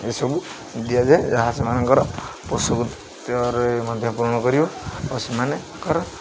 ଏସବୁ ଦିଆଯାଏ ଯାହା ସେମାନଙ୍କର ମଧ୍ୟ ପୂରଣ କରିବ ଆଉ ସେମାନଙ୍କର